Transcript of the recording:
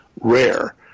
rare